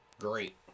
great